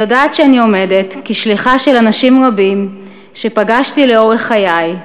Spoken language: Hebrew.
אני יודעת שאני עומדת כשליחה של אנשים רבים שפגשתי לאורך חיי,